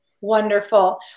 Wonderful